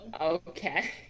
Okay